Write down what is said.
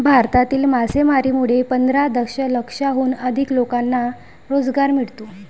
भारतातील मासेमारीमुळे पंधरा दशलक्षाहून अधिक लोकांना रोजगार मिळतो